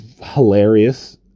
hilarious